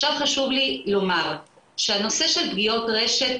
עכשיו חשוב לי לומר, שהנושא של פגיעות רשת,